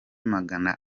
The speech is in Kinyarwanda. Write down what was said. magana